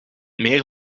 meer